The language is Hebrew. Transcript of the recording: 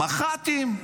מח"טים.